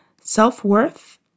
self-worth